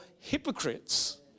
hypocrites